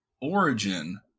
origin